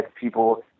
people